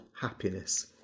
happiness